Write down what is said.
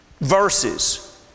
verses